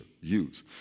use